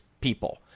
people